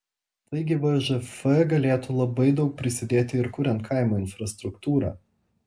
taigi vžf galėtų labai daug prisidėti ir kuriant kaimo infrastruktūrą